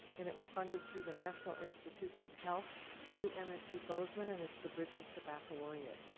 and it was funded through the national institutes of health through msu bozeman and it's the bridges to baccalaureate.